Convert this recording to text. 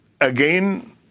again